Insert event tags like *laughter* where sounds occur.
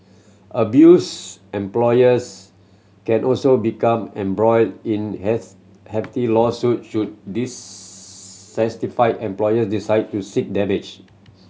abuse employers can also become embroiled in *unintelligible* hefty lawsuit should dissatisfied employer decide to seek damage